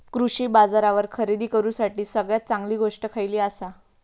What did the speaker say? कृषी बाजारावर खरेदी करूसाठी सगळ्यात चांगली गोष्ट खैयली आसा?